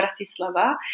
Bratislava